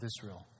Israel